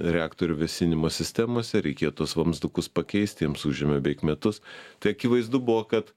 reaktorių vėsinimo sistemose reikėjo tuos vamzdukus pakeist jiems užėmė beik metus tai akivaizdu buvo kad